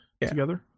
together